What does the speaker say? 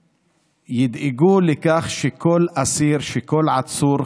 ידאגו לכך שכל אסיר ושכל עצור,